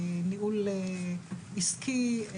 ניהול עסקי,